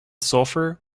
sulfur